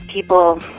people